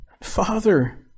Father